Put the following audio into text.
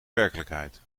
werkelijkheid